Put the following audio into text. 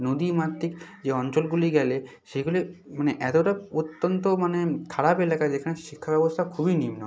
নদীমাতৃক যে অঞ্চলগুলি গেলে সেগুলি মানে এতটা অত্যন্ত মানে খারাপ এলাকা যেখানে শিক্ষাব্যবস্থা খুবই নিম্নমানের